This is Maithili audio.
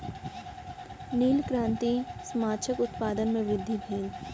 नील क्रांति सॅ माछक उत्पादन में वृद्धि भेल